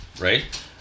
right